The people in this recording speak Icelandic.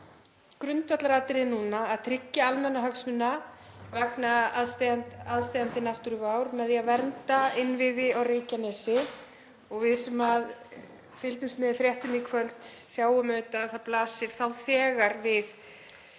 grundvallaratriði núna að tryggja almannahagsmuni vegna aðsteðjandi náttúruvár með því að vernda innviði á Reykjanesi. Við sem fylgdumst með fréttum í kvöld sjáum auðvitað að það blasir þegar við